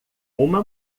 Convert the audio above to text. uma